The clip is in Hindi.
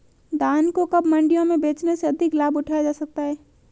धान को कब मंडियों में बेचने से अधिक लाभ उठाया जा सकता है?